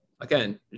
again